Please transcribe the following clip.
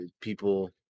people